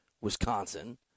Wisconsin